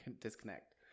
disconnect